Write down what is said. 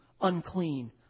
unclean